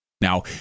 Now